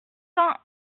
cent